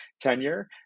tenure